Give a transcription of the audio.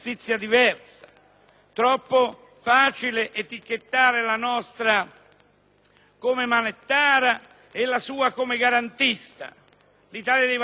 come "manettara" e la sua come garantista. L'Italia dei Valori chiede la garanzia dei diritti a tutti, ma anche dei doveri di tutti